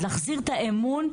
להחזיר את האמון,